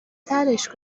ترِش